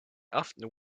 often